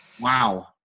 wow